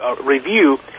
Review